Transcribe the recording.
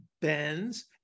bends